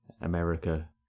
America